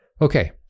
Okay